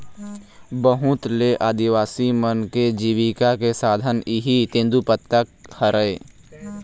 बहुत ले आदिवासी मन के जिविका के साधन इहीं तेंदूपत्ता हरय